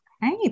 Hey